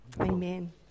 Amen